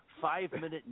five-minute